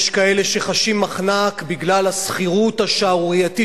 יש כאלה שחשים מחנק בגלל השכירות השערורייתית